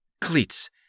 Cleats